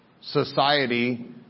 society